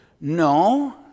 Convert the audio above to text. No